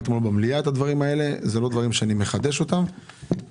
אלה לא דברים שאני מחדש אלא הדברים האלה נאמרו אתמול במליאה.